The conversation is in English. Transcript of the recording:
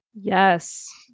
Yes